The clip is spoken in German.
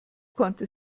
konnte